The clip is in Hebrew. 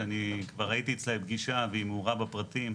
שאני כבר הייתי אצלה בפגישה והיא מעורה בפרטים.